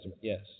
Yes